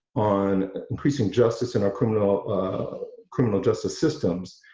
on increasing justice and our criminal criminal justice systems